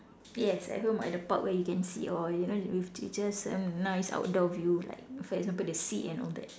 yes at home or at the park where you can see all you know with beaches and nice outdoor view like for example the sea and all that